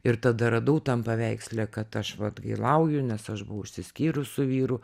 ir tada radau tam paveiksle kad aš va atgailauju nes aš buvau išsiskyrus su vyru